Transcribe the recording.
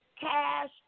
cash